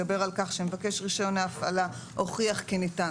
מדבר על כך שמבקש רישיון ההפעלה הוכיח כי ניתן,